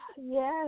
yes